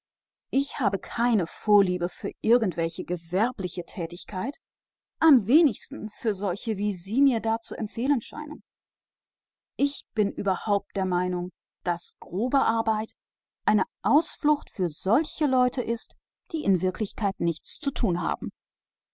ich habe keinerlei sympathie für irgendwelche tätigkeit am allerwenigsten für eine die sie da zu empfehlen scheinen ich bin immer der meinung gewesen daß zur arbeit nur jene leute ihre zuflucht nehmen die gar nichts zu tun haben